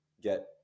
get